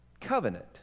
covenant